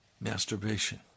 masturbation